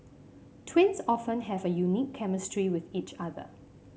twins often have a unique chemistry with each other